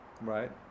right